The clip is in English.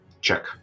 check